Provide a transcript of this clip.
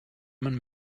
man